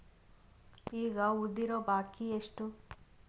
ಈಗ ಉಳಿದಿರೋ ಬಾಕಿ ಎಷ್ಟು?